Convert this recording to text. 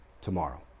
tomorrow